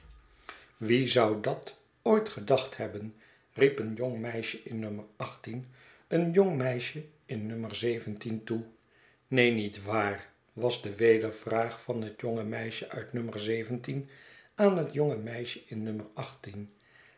wie zou dat ooit gedacht hebben riep een jong meisje in no een jong meisje in no toe neen niet waar was de weder vraag van het jonge meisje uit no aan het jonge meisje in